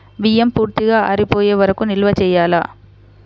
బియ్యం పూర్తిగా ఆరిపోయే వరకు నిల్వ చేయాలా?